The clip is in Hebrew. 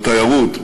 בתיירות,